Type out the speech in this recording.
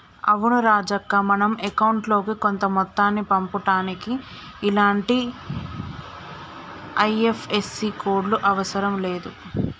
అవును రాజక్క మనం అకౌంట్ లోకి కొంత మొత్తాన్ని పంపుటానికి ఇలాంటి ఐ.ఎఫ్.ఎస్.సి కోడ్లు అవసరం లేదు